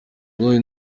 boys